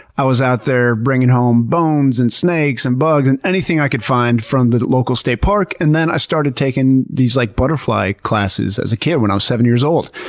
i was out there bringing home bones, and snakes, and bugs, and anything i could find from the local state park and then i started taking these, like, butterfly classes as a kid when i was seven years old.